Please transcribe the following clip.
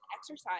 exercise